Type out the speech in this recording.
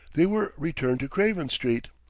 they were returned to craven street!